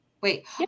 Wait